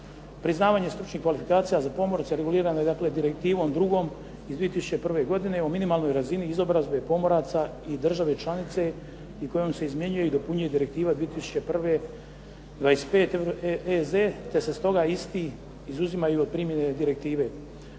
Priznavanje stručnih kvalifikacija za pomorce regulirano je direktivom drugom iz 2001. godine o minimalnoj razini izobrazbe pomoraca i države članice i kojom se izmjenjuje i dopunjuje Direktiva 2001. 25 EZ te se stoga isti izuzimaju od primjene direktive.